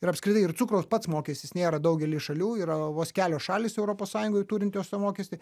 ir apskritai ir cukraus pats mokestis nėra daugelyje šalių yra vos kelios šalys europos sąjungoj turinčios tą mokestį